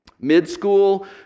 mid-school